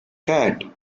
cat